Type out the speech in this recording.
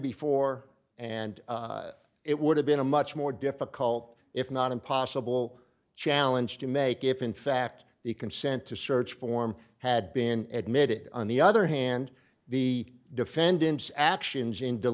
before and it would have been a much more difficult if not impossible challenge to make if in fact the consent to search form had been admitted on the other hand the defendant's actions in